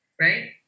right